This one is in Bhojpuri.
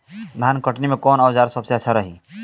धान कटनी मे कौन औज़ार सबसे अच्छा रही?